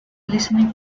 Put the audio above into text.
listening